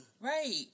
Right